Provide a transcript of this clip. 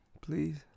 Please